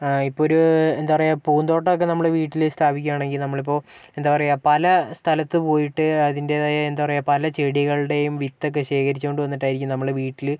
ആ ഇപ്പൊൾ ഒരു എന്താ പറയുക പൂന്തോട്ടൊക്കെ നമ്മള് വീട്ടില് സ്ഥാപിക്കുകയാണെങ്കിൽ നമ്മളിപ്പോൾ എന്താ പറയുക പല സ്ഥലത്ത് പോയിട്ട് അതിൻ്റെതായ എന്താ പറയുക പല ചെടികളുടെയും വിത്തൊക്കെ ശേഖരിച്ചോണ്ട് വന്നിട്ടായിരിക്കും നമ്മള് വീട്ടില്